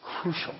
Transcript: crucial